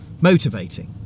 motivating